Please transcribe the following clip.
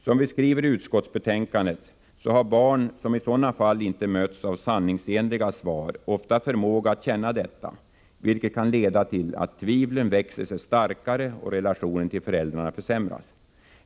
Som vi skriver i utskottsbetänkandet har barn som i sådana fall inte mötts av sanningsenliga svar ofta förmåga att känna detta, vilket kan leda till att tvivlen växer sig starkare och relationen till föräldrarna försämras.